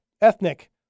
ethnic